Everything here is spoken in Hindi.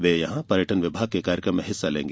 वे यहां पर्यटन विभाग के कार्यक्रम हिस्सा लेंगी